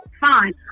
fine